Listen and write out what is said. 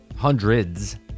Hundreds